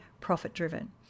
profit-driven